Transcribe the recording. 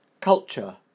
culture